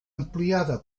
ampliada